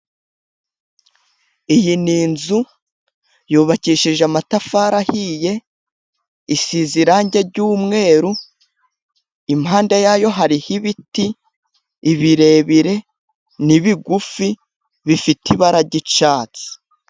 Iyi ni inzu yubakishije amatafari ahiye, isize irangi ry'umweru, impande yayo hariho ibiti, ibirebire n'ibigufi, bifite ibara ry'icyatsi.